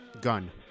Gun